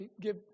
give